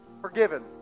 forgiven